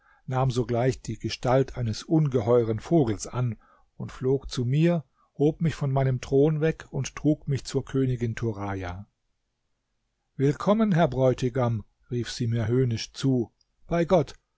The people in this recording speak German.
nahm sogleich die gestalt eines ungeheuren vogels an und flog zu mir hob mich von meinem thron weg und trug mich zur königin turaja willkommen herr bräutigam rief sie mir höhnisch zu bei gott